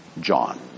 John